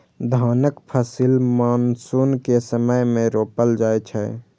धानक फसिल मानसून के समय मे रोपल जाइ छै